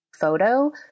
photo